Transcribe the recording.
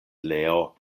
leo